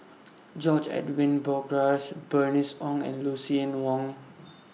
George Edwin Bogaars Bernice Ong and Lucien Wang